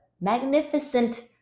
magnificent